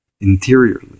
interiorly